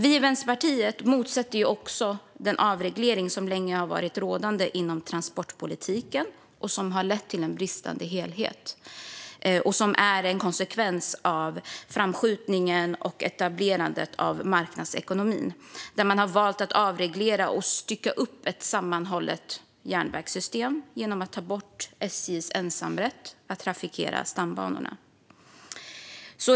Vi i Vänsterpartiet motsätter oss också den avreglering som länge har varit rådande inom transportpolitiken och som har lett till en bristande helhet. Den är en konsekvens av framskjutningen och etablerandet av marknadsekonomin, där man har valt att avreglera och stycka upp ett sammanhållet järnvägssystem genom att ta bort SJ:s ensamrätt på att trafikera stambanorna.